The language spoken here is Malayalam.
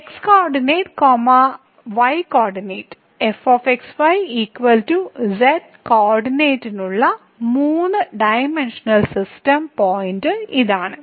x coordinate comma y coordinate fxy z കോർഡിനേറ്റിലുമുള്ള 3 ഡൈമെൻഷനൽ സിസ്റ്റം പോയിന്റ് ഇതാണ്